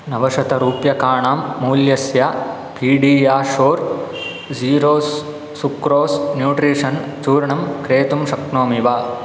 नवशतरूप्यकाणां मूल्यस्य PediaSure zeros sucrose nutrition चूर्णं क्रेतुं शक्नोमि वा